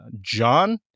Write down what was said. John